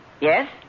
Yes